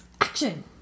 Action